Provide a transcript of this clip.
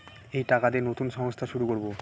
এই টাকা দিয়ে নতুন সংস্থা শুরু করবো